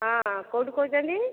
ହଁ କେଉଁଠୁ କହୁଛନ୍ତି